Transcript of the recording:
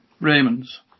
Raymond's